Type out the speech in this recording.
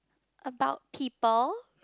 about people